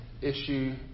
issue